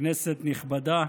כנסת נכבדה,